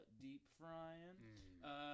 deep-frying